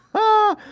oh.